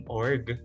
org